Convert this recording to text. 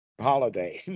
holiday